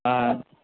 હા